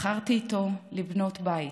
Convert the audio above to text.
בחרתי לבנות איתו בית,